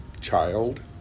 child